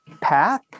path